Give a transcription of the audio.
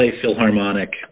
Philharmonic